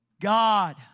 God